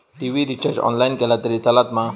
TV recharge online केला तरी चलात मा?